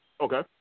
Okay